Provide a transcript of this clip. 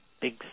Big